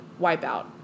wipeout